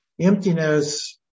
emptiness